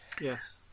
yes